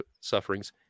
sufferings